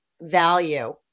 value